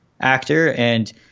actor—and